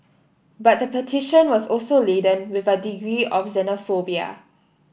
but the petition was also laden with a degree of xenophobia